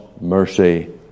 mercy